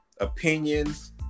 opinions